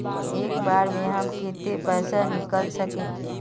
एक बार में हम केते पैसा निकल सके?